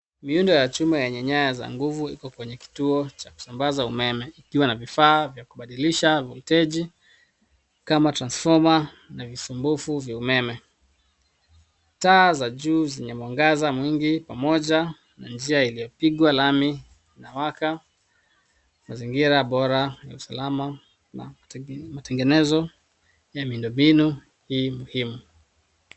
Miundo ya chuma yenye nyaya za nguvu ziko kwenye kituo cha kusambaza umeme ikiwa na vifaa vya kubadilisha volteji kama transfoma na visumbufu vya umeme. Taa za juu zenye mwangaza mwingi pamoja na njia iliyopigwa lami inawaka, mazingira bora na ya usalama na matengenezo ya miundo mbinu hii muhimu.